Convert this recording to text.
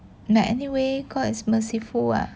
but anyway god is merciful [what]